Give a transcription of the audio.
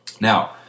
now